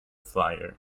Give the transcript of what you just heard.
flier